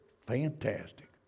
fantastic